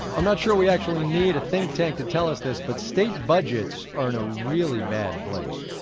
i'm not sure we actually needed a think tank to tell us this, but state budgets are in a really bad place.